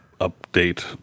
update